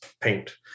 paint